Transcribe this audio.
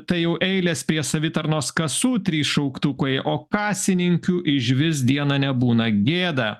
tai jau eilės prie savitarnos kasų trys šauktukai o kasininkių išvis dieną nebūna gėda